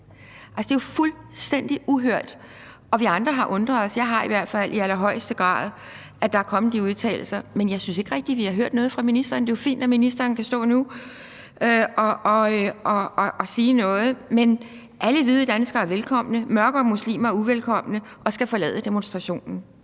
sket. Det er fuldstændig uhørt. Og vi andre har undret os over, jeg har i hvert fald i allerhøjeste grad, at der er kommet de udtalelser. Men jeg synes ikke rigtig, vi har hørt noget fra ministerens side. Det er jo fint, at ministeren nu kan stå og sige noget. Men hvis der var sagt, at alle hvide danskere er velkomne, mørke og muslimer er uvelkomne og skal forlade demonstrationen,